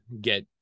get